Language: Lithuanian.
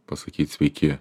pasakyt sveiki